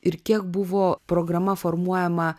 ir kiek buvo programa formuojama